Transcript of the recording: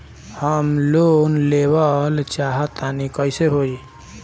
हम लोन लेवल चाह तानि कइसे होई?